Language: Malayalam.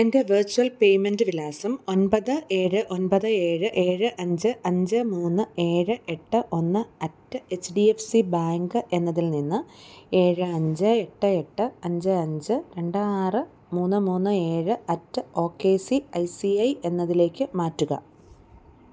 എൻ്റെ വെർച്വൽ പേയ്മെൻ്റ് വിലാസം ഒൻപത് ഏഴ് ഒൻപത് ഏഴ് ഏഴ് അഞ്ച് അഞ്ച് മൂന്ന് ഏഴ് എട്ട് ഒന്ന് at H D F C bank എന്നതിൽനിന്ന് ഏഴ് അഞ്ച് എട്ട് എട്ട് അഞ്ച് അഞ്ച് രണ്ട് ആറ് മൂന്ന് മൂന്ന് ഏഴ് at O K C I C I എന്നതിലേക്ക് മാറ്റുക